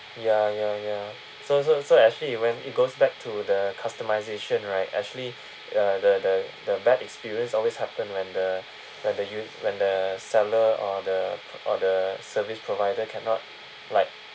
ya ya ya so so so actually it when when it goes back to the customisation right actually uh the the the bad experience always happen when the that the you when the seller or the or the service provider cannot like